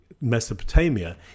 Mesopotamia